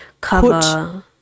cover